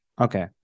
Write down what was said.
okay